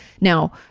Now